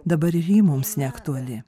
dabar ir ji mums neaktuali